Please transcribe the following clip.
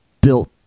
built